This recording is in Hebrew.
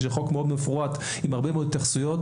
זה חוק מאוד מפורט עם הרבה מאוד התייחסויות.